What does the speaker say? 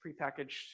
prepackaged